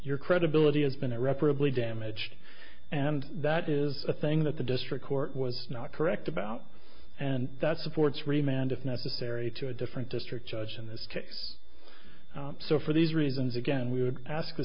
your credibility has been irreparably damaged and that is a thing that the district court was not correct about and that supports remand if necessary to a different district judge in this case so for these reasons again we would ask